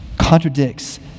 contradicts